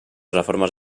reformes